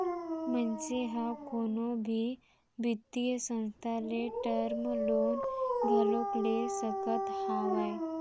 मनसे ह कोनो भी बित्तीय संस्था ले टर्म लोन घलोक ले सकत हावय